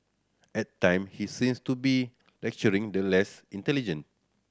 at time he seems to be lecturing the less intelligent